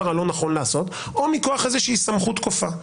הלא נכון לעשות או מכוח איזושהי סמכות כופה?